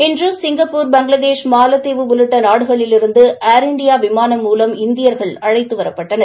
இன்று சிங்கப்பூர் பங்ளாதேஷ் மாலத்தீவு உள்ளிட்ட நாடுகளிலிருந்து ஏர் இண்டியா விமானம் மூவம் இந்தியர்கள் அழைத்து வரப்பட்டனர்